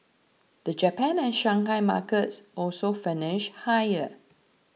the Japan and Shanghai markets also finished higher